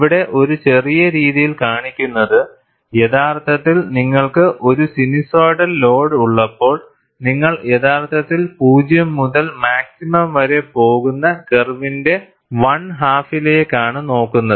ഇവിടെ ഒരു ചെറിയ രീതിയിൽ കാണിക്കുന്നത് യഥാർത്ഥത്തിൽ നിങ്ങൾക്ക് ഒരു സിനുസോയ്ഡൽ ലോഡ് ഉള്ളപ്പോൾ നിങ്ങൾ യഥാർത്ഥത്തിൽ 0 മുതൽ മാക്സിമം വരെ പോകുന്ന കർവിന്റെ ഒൺ ഹാഫിലേക്കാണ് നോക്കുന്നത്